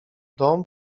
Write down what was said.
dąb